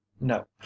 No